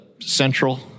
central